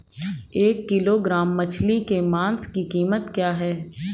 एक किलोग्राम मछली के मांस की कीमत क्या है?